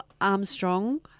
Armstrong